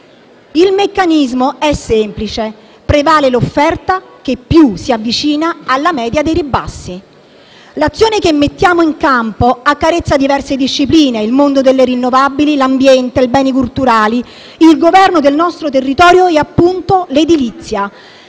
Il meccanismo è semplice: prevale l'offerta che più si avvicina alla media dei ribassi. L'azione che mettiamo in campo accarezza diverse discipline: il mondo delle rinnovabili, l'ambiente, i beni culturali, il governo del nostro territorio e, appunto, l'edilizia.